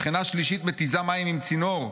שכנה שלישית מתיזה מים עם צינור,